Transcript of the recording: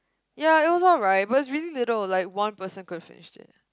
ya it was alright but it's really little like one person could finished it